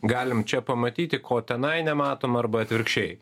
galim čia pamatyti ko tenai nematom arba atvirkščiai